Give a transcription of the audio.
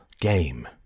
game